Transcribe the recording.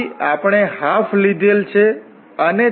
તેથી આપણી પાસે જે અહીં છે તે